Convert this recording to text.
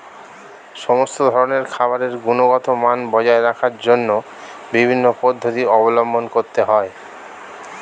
সমস্ত ধরনের খাবারের গুণগত মান বজায় রাখার জন্য বিভিন্ন পদ্ধতি অবলম্বন করতে হয়